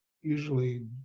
usually